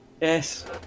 yes